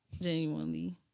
Genuinely